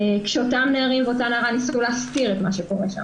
כשאותם נערים ואותה נערה ניסו להסתיר את מה שקורה שם.